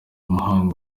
umuhanga